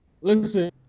listen